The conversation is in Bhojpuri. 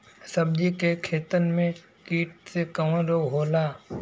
सब्जी के खेतन में कीट से कवन रोग होला?